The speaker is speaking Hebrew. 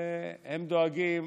הם דואגים,